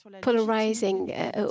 polarizing